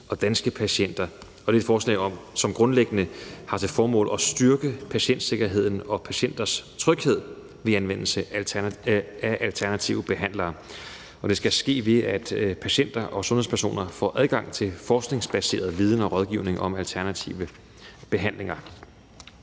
og Danske Patienter. Det er et forslag, som grundlæggende har til formål at styrke patientsikkerheden og patienters tryghed ved anvendelse af alternative behandlere. Det skal ske ved, at patienter og sundhedspersoner får adgang til forskningsbaseret viden og rådgivning om alternative behandlinger.